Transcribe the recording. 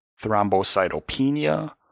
thrombocytopenia